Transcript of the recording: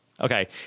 Okay